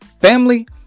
Family